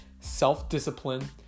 self-discipline